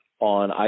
on